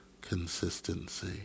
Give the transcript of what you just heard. consistency